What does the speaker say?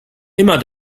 immer